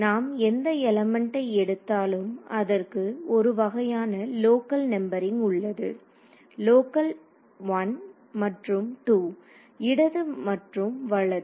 நாம் எந்த எலிமெண்ட்டை எடுத்தாலும் அதற்கு ஒரு வகையான லோக்கல் நம்பெரிங் உள்ளது லோக்கல் 1 மற்றும் 2 இடது மற்றும் வலது